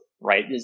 Right